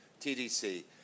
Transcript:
TDC